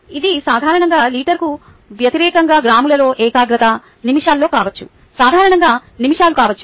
ఇది సాధారణంగా లీటరుకు వ్యతిరేకంగా గ్రాములలో ఏకాగ్రత నిమిషాల్లో కావచ్చు సాధారణంగా నిమిషాలు కావచ్చు